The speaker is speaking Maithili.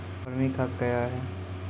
बरमी खाद कया हैं?